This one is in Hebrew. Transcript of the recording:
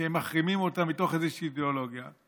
ומחרימים אותה מתוך איזושהי אידיאולוגיה,